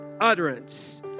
utterance